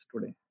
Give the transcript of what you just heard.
today